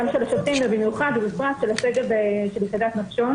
גם של השופטים ובמיוחד ובפרט של הסגל של יחידת נחשון.